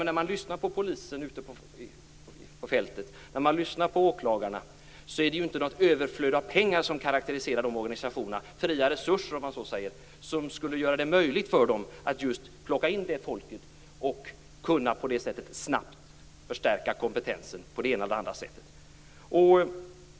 När man lyssnar på polisen ute på fältet och när man lyssnar på åklagarna är det ju inte något överflöd av pengar som karakteriserar dessa organisationer - fria resurser, om man så säger - och som skulle göra det möjligt för dem att just plocka in dessa människor för att på det sättet snabbt förstärka kompetensen på det ena eller andra sättet.